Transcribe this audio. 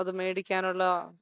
അത് മേടിക്കാനുള്ള